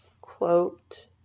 quote